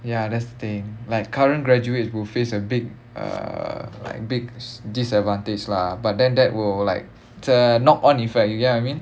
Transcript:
ya that's the thing like current graduates will face a big err like big disadvantage lah but then that will like the knock-on effect you get what I mean